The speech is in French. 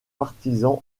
partisans